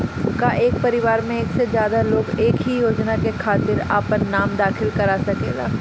का एक परिवार में एक से ज्यादा लोग एक ही योजना के खातिर आपन नाम दाखिल करा सकेला?